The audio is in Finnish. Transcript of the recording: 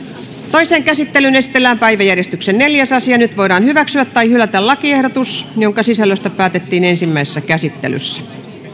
toiseen käsittelyyn esitellään päiväjärjestyksen neljäs asia nyt voidaan hyväksyä tai hylätä lakiehdotus jonka sisällöstä päätettiin ensimmäisessä käsittelyssä